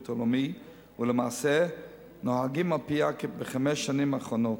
העולמי ולמעשה נוהגים על-פיה בחמש השנים האחרונות,